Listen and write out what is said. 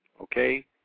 Okay